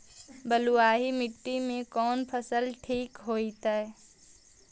बलुआही मिट्टी में कौन फसल ठिक होतइ?